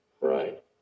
Right